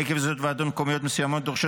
עקב זאת ועדות מקומיות מסוימות דורשות